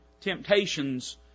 temptations